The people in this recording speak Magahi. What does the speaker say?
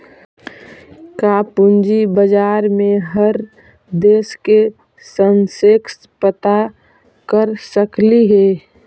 का पूंजी बाजार में हर देश के सेंसेक्स पता कर सकली हे?